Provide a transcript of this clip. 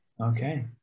Okay